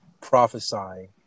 prophesying